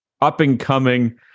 up-and-coming